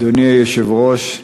אדוני היושב-ראש,